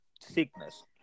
sickness